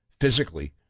physically